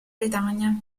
bretagna